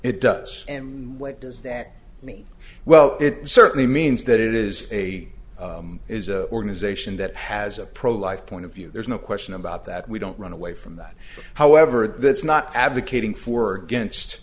it does and what does that mean well it certainly means that it is a is a organization that has a pro life point of view there's no question about that we don't run away from that however that's not advocating for or against